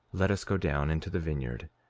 let us go down into the vineyard,